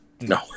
No